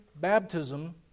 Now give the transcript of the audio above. baptism